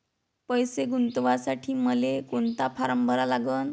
पैसे गुंतवासाठी मले कोंता फारम भरा लागन?